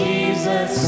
Jesus